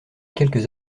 quelques